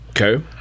Okay